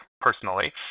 personally